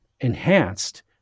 enhanced